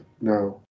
no